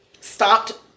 stopped